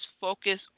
focus